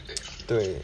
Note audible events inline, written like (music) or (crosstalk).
(noise) 对